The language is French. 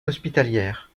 hospitalières